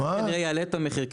זה כנראה יעלה את המחיר,